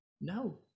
No